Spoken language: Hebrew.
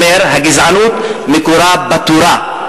אומר: הגזענות מקורה בתורה.